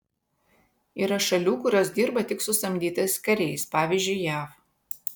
yra šalių kurios dirba tik su samdytais kariais pavyzdžiui jav